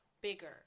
bigger